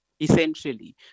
essentially